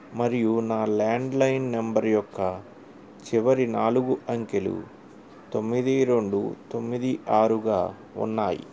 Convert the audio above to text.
మరియు నా landline number యొక్క చివరి నాలుగు అంకెలు తొమ్మిది రెండు తొమ్మిది ఆరుగా ఉన్నాయి